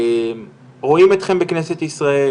רואים אתכם בכנסת ישראל,